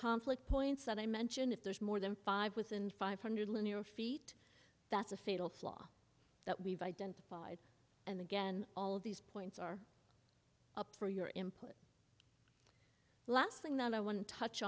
conflict points that i mentioned if there's more than five within five hundred linear feet that's a fatal flaw that we've identified and again all of these points are up for your input last thing that i want to touch